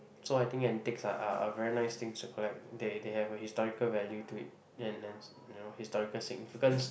so I think antiques are are very nice thing to collect they they have a historical value to it and then you know historical significance